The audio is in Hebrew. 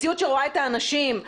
שרואה את האנשים],